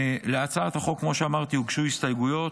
כמו שאמרתי, להצעת החוק הוגשו הסתייגויות.